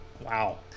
Wow